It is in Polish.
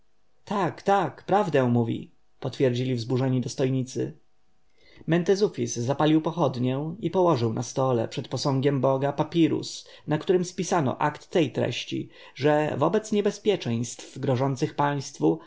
tak tak prawdę mówi potwierdzili wzburzeni dostojnicy mentezufis zapalił pochodnię i położył na stole przed posągiem boga papirus na którym spisano akt tej treści że wobec niebezpieczeństw grożących państwu